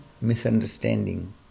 misunderstanding